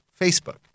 Facebook